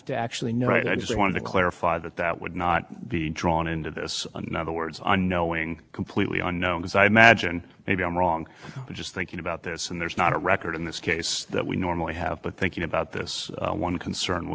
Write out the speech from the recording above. they couldn't otherwise make that count as indirectly but i don't think so because the it's a different person making the country how does indirect work without going through somebody else isn't that what indirect means you know when there's somebody else